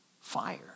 fire